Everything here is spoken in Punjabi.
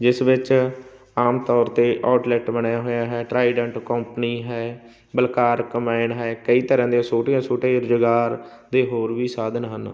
ਜਿਸ ਵਿੱਚ ਆਮ ਤੌਰ 'ਤੇ ਆਊਟਲੈਟ ਬਣਿਆ ਹੋਇਆ ਹੈ ਟਰਾਈਡੈਂਟ ਕੌਂਪਨੀ ਹੈ ਬਲਕਾਰ ਕੰਬਾਇਨ ਹੈ ਕਈ ਤਰ੍ਹਾਂ ਦੀਆਂ ਛੋਟੀਆਂ ਛੋਟੇ ਰੁਜ਼ਗਾਰ ਦੇ ਹੋਰ ਵੀ ਸਾਧਨ ਹਨ